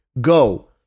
go